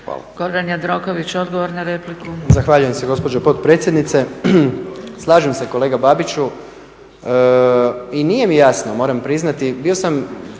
Hvala.